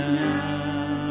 now